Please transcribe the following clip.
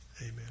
Amen